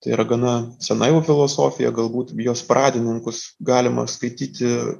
tai yra gana sena jau filosofija galbūt jos pradininkus galima skaityti